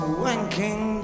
wanking